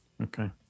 Okay